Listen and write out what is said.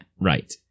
Right